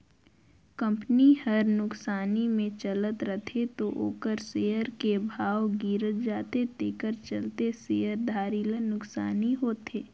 company हर नुकसानी मे चलत रथे त ओखर सेयर के भाव गिरत जाथे तेखर चलते शेयर धारी ल नुकसानी होथे